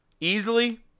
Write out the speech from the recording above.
Easily